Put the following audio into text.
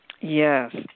Yes